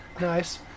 nice